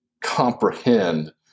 comprehend